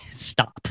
stop